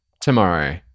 tomorrow